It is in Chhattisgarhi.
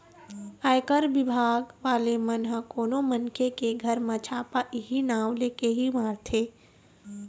आयकर बिभाग वाले मन ह कोनो मनखे के घर म छापा इहीं नांव लेके ही मारथे